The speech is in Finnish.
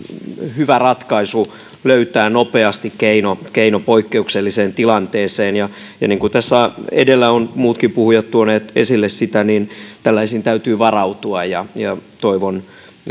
hyvä ratkaisu löytää nopeasti keino keino poikkeukselliseen tilanteeseen ja ja niin kuin tässä edellä ovat muutkin puhujat tuoneet esille tällaisiin täytyy varautua ja ja toivon